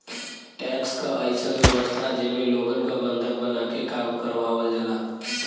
tax क अइसन व्यवस्था जेमे लोगन क बंधक बनाके काम करावल जाला